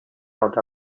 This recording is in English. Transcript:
out